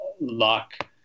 luck